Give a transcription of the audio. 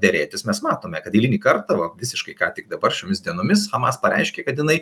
derėtis mes matome kad eilinį kartą va visiškai ką tik dabar šiomis dienomis hamas pareiškė kad jinai